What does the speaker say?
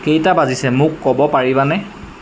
কেইটা বাজিছে মোক ক'ব পাৰিবানে